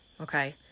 okay